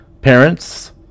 parents